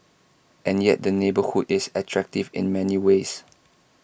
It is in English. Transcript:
and yet the neighbourhood is attractive in many ways